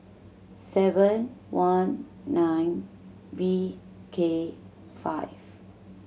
seven one nine V K five